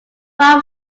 farm